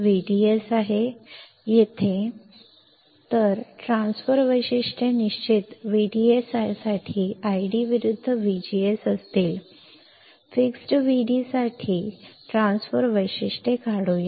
येथे ID विरुद्ध VDS तर ट्रान्सफर वैशिष्ट्ये निश्चित VDS साठी ID विरुद्ध VGS असतील फिक्स्ड VD साठी चला ट्रान्सफर वैशिष्ट्ये काढूया